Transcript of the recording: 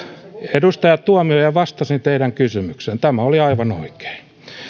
edustaja tuomioja vastasin teidän kysymykseenne tämä oli aivan oikein